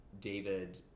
David